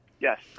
Yes